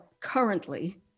currently